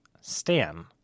Stan